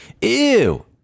Ew